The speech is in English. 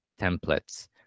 templates